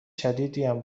شدیدیم